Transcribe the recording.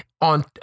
On